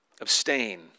Abstain